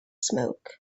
smoke